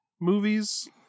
movies